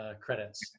credits